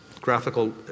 graphical